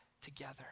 together